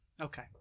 Okay